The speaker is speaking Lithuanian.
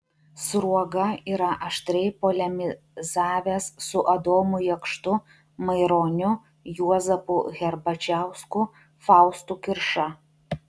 sruoga yra aštriai polemizavęs su adomu jakštu maironiu juozapu herbačiausku faustu kirša